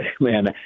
Man